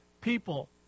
people